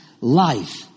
life